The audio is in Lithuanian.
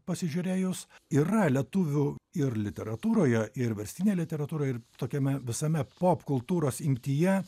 pasižiūrėjus yra lietuvių ir literatūroje ir verstinėje literatūroje ir tokiame visame popkultūros imtyje